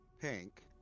pink